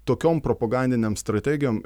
tokiom propagandinėm strategijom